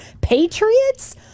Patriots